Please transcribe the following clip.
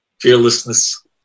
fearlessness